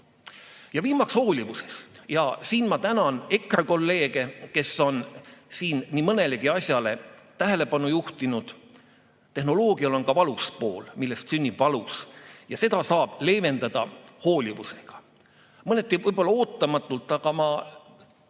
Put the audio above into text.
Viimaks hoolivusest. Ma tänan EKRE kolleege, kes on siin nii mõnelegi asjale tähelepanu juhtinud. Tehnoloogial on ka valus pool, millest sünnib valu, ja seda saab leevendada hoolivusega. Mõneti võib-olla ootamatult, aga ma